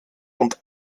und